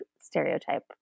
stereotype